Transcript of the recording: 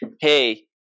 hey –